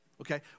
okay